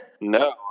no